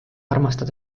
armastad